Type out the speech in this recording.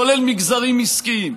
כולל מגזרים עסקיים.